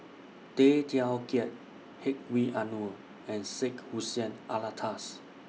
Tay Teow Kiat Hedwig Anuar and Syed Hussein Alatas